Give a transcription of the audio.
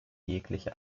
jegliche